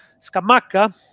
Scamacca